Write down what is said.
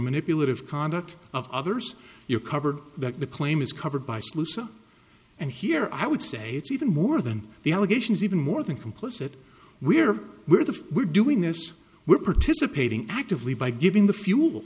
manipulative conduct of others you're covered that the claim is covered by salusa and here i would say it's even more than the allegations even more than complicit we're we're the we're doing this we're participating actively by giving the fuel